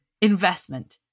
investment